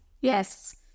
Yes